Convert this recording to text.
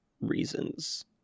reasons